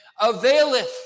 availeth